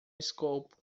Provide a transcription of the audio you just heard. escopo